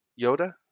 Yoda